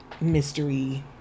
mystery